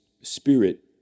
spirit